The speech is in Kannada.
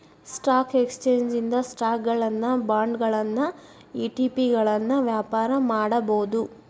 ಸ್ಟಾಕ್ ಎಕ್ಸ್ಚೇಂಜ್ ಇಂದ ಸ್ಟಾಕುಗಳನ್ನ ಬಾಂಡ್ಗಳನ್ನ ಇ.ಟಿ.ಪಿಗಳನ್ನ ವ್ಯಾಪಾರ ಮಾಡಬೋದು